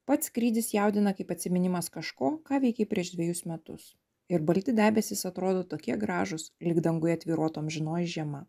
pats skrydis jaudina kaip atsiminimas kažko ką veikei prieš dvejus metus ir balti debesys atrodo tokie gražūs lyg danguje tvyrotų amžinoji žiema